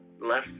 less